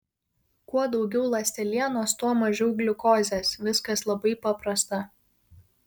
kuo daugiau ląstelienos tuo mažiau gliukozės viskas labai paprasta